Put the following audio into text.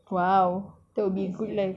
!wow! that would be good leh